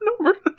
Number